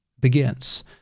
begins